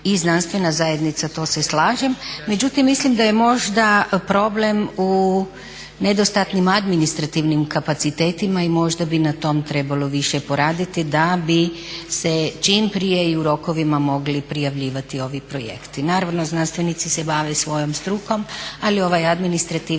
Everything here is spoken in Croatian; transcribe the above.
i znanstvena zajednica, to se slažem. Međutim, mislim da je možda problem u nedostatnim administrativnim kapacitetima i možda bi na tom trebalo više poraditi da bi se čim prije i u rokovima mogli prijavljivati ovi projekti. Naravno, znanstvenici se bave svojom struko ali ovaj administrativni